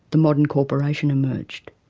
the modern corporation emerged.